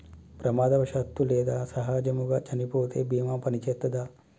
ప్రమాదవశాత్తు లేదా సహజముగా చనిపోతే బీమా పనిచేత్తదా?